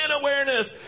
awareness